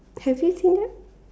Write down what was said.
have you seen it